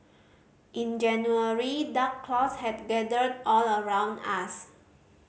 in January dark clouds had gathered all around us